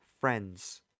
friends